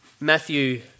Matthew